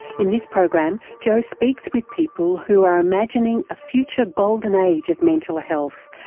in this program joe speaks with people who are imagining a future golden age of mental health,